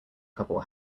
couple